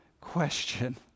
question